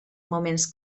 moments